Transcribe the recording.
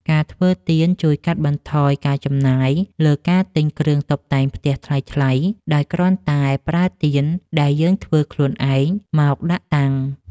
ការធ្វើទៀនជួយកាត់បន្ថយការចំណាយលើការទិញគ្រឿងតុបតែងផ្ទះថ្លៃៗ ដោយគ្រាន់តែប្រើទៀនដែលយើងធ្វើខ្លួនឯងមកដាក់តាំង។